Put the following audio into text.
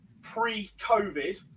pre-COVID